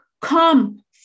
come